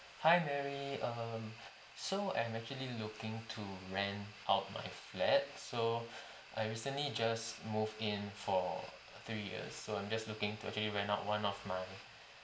hi mary um so I'm actually looking to rent out my flat so I recently just moved in for three years so I'm just looking to actually rent out one of my